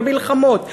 מלחמות,